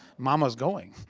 momma's going.